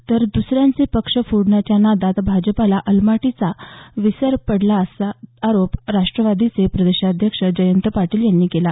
तर दुसऱ्यांचे पक्ष फोडण्याच्या नादात भाजपला अलमट्टीचा विसर पडला असा आरोप राष्ट्रवादीचे प्रदेशाध्यक्ष जयंत पाटील यांनी केला